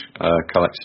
collection